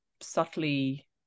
subtly